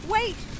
Wait